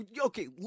Okay